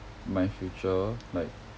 my future like